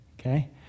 okay